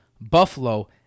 Buffalo